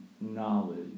knowledge